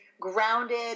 grounded